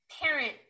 parent